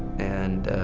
and